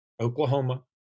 Oklahoma